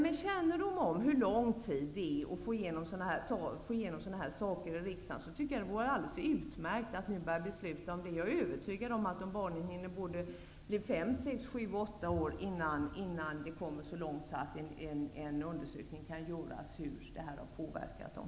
Med kännedom om hur långt tid det tar att få igenom sådana här förslag i riksdagen, tycker jag att det vore alldeles utmärkt att nu besluta om detta. Jag är övertygad om att dessa barn hinner bli fem, sex, sju eller åtta år innan vi kommer så långt att en undersökning kan göras av hur detta har påverkat dem.